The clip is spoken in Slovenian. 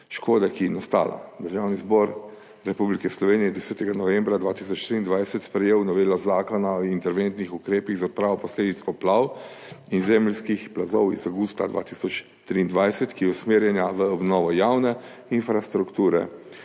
škode, ki je nastala. Državni zbor Republike Slovenije je 10. novembra 2023 sprejel novelo Zakona o interventnih ukrepih za odpravo posledic poplav in zemeljskih plazov iz avgusta 2023, ki je usmerjena v obnovo javne infrastrukture,